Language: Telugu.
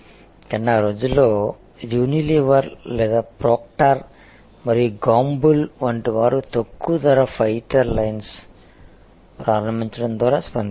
కానీ ఆ రోజుల్లో యునిలివర్ లేదా ప్రొక్టర్ మరియు గాంబుల్ వంటి వారు తక్కువ ధర ఫైటర్ లైన్ను ప్రారంభించడం ద్వారా స్పందించారు